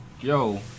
yo